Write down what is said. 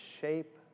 shape